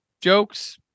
jokes